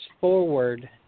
forward